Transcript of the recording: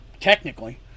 technically